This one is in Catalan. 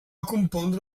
compondre